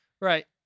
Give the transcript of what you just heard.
Right